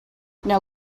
now